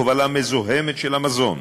הובלה מזוהמת של המזון,